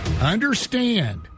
Understand